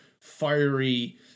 fiery